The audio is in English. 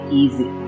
easy